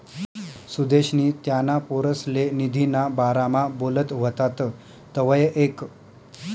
सुदेशनी त्याना पोरसले निधीना बारामा बोलत व्हतात तवंय ऐकं